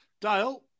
Dale